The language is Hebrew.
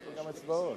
תודה רבה.